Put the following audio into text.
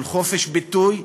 של חופש ביטוי,